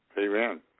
Amen